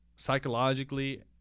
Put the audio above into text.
Psychologically